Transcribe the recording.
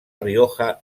rioja